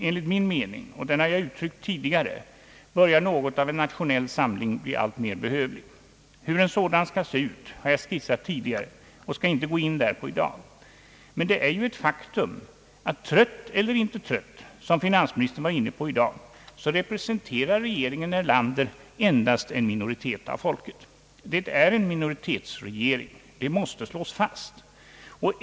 Enligt min mening — och den har jag uttryckt tidigare — börjar något av en nationell samling bli alltmer behövlig. Hur en sådan skall se ut har jag skissat tidigare och skall inte gå in därpå i dag. Men det är ju ett faktum att trött eller inte trött, vilket finansministern var inne på i dag, så representerar regeringen Erlander endast en minoritet av folket. Den är en minoritetsregering, det måste slås fast.